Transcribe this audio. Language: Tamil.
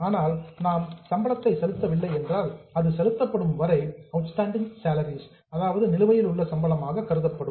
ஆனால் நாம் சம்பளத்தை செலுத்தவில்லை என்றால் அது செலுத்தப்படும் வரை அவுட்ஸ்டாண்டிங் சேலரிஸ் நிலுவையில் உள்ள சம்பளமாக கருதப்படும்